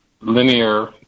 linear